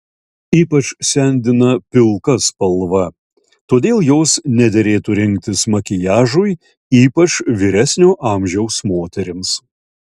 ypač sendina pilka spalva todėl jos nederėtų rinktis makiažui ypač vyresnio amžiaus moterims